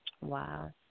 Wow